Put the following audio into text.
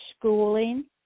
schooling